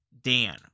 Dan